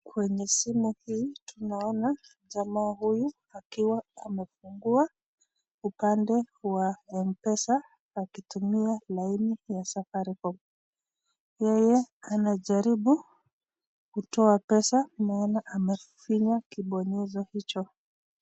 Kwenye simu hii tunaona jamaa huyu akiwa amefungua upande wa Mpesa akitumia laini ya Safaricom. Yeye anajaribu kutoa pesa, tunaona amefinya kibonyezo hicho.